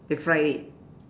they fried it